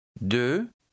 De